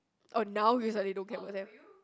oh now we suddenly don't care about them